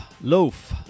Loaf